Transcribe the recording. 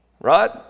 right